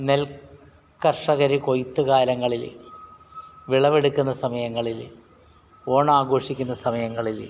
നെൽ കർഷകർ കൊയ്ത്തു കാലങ്ങളിൽ വിളവെടുക്കുന്ന സമയങ്ങളിൽ ഓണാഘോഷിക്കുന്ന സമയങ്ങളിൽ